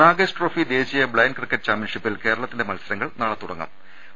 Nagesh trophy ദേശീയ blind cricket ചാമ്പ്യൻഷിപ്പിൽ കേരളത്തിന്റെ മത്സരങ്ങൾ നാളെ ആരംഭിക്കും